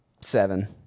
seven